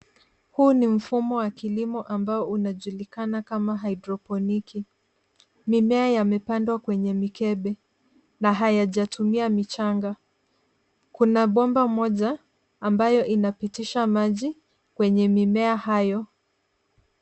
Huu ni mfumo Kilimo ambao unajulikana kama haidroponiki ,mimea yamepandwa kwenye mikebe na hayajatumia michanga ,kuna bomba moja ambayo inapitisha maji kwenye mimea hayo.